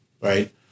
right